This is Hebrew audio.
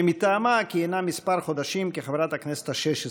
ומטעמה כיהנה כמה חודשים כחברת הכנסת השש עשרה.